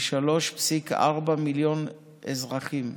ל-3.4 מיליון אזרחים,